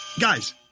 Guys